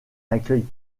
accueil